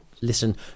listen